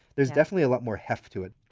there's definitely a lot more heft to it